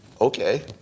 Okay